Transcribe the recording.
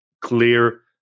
clear